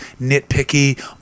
nitpicky